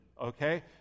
okay